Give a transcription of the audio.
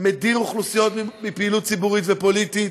מדיר אוכלוסיות מפעילות ציבורית ופוליטית.